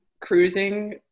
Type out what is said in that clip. cruising